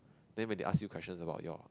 then when they ask you question about your